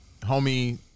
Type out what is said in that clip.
homie